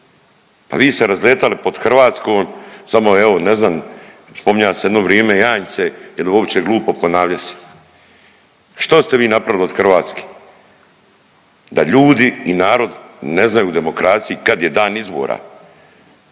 Pa vi se razletali pod Hrvatskom samo evo ne znam spominja sam jedno vrime jance jel uopće glupo ponavljat se. Što ste vi napravili od Hrvatske? Da ljudi i narod ne znaju u demokraciji kad je dan izbora.